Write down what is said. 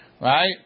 Right